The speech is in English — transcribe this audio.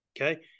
okay